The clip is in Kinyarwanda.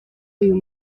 uyu